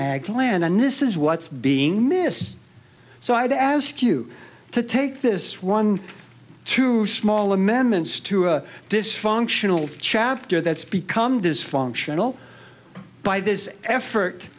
ag land and this is what's being missed so i ask you to take this one to small amendments to a dysfunctional chapter that's become dysfunctional by this effort